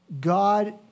God